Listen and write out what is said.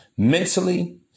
Mentally